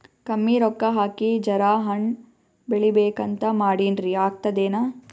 ಕಮ್ಮಿ ರೊಕ್ಕ ಹಾಕಿ ಜರಾ ಹಣ್ ಬೆಳಿಬೇಕಂತ ಮಾಡಿನ್ರಿ, ಆಗ್ತದೇನ?